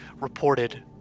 reported